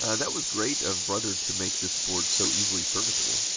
ah that was great of brother to make this board so easily serviceable.